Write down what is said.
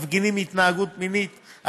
מפגינים התנהגות מינית,